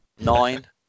nine